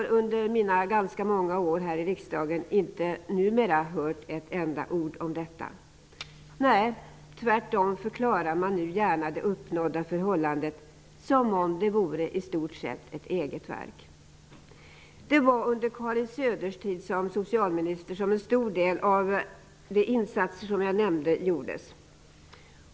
Men under mina ganska många år här i riksdagen har jag inte hört ett ord mer om detta. Tvärtom förklarar man nu gärna det uppnådda förhållandet som om det vore i stort sett ett eget verk. Det var under Karin Söders tid såsom socialminister som en stor del av de insatser som jag nämnt gjordes.